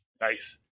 Nice